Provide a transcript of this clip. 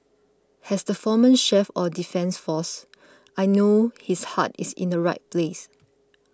has the former chief or defence force I know his heart is in the right place